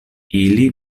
ili